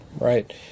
Right